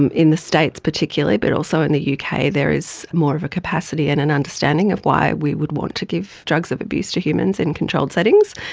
and in the states particularly but also in the yeah uk there is more of a capacity and an understanding of why we would want to give drugs of abuse to humans in controlled settings.